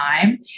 time